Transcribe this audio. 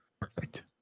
Perfect